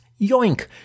Yoink